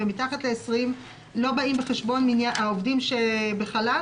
ומתחת ל-20 עובדים לא באים בחשבון העובדים שנמצאים בחל"ת.